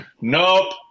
nope